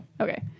Okay